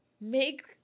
make